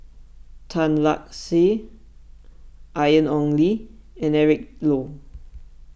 Tan Lark Sye Ian Ong Li and Eric Low